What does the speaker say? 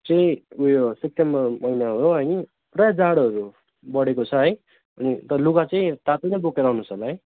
चाहिँ उयो सेक्टेम्बर महिना हो है पुरा जाडोहरू बढेको छ है अनि लुगा चाहिँ तातो नै बोकेर आउनुहोस् होला है